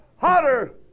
hotter